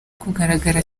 kugaragara